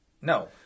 No